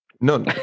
No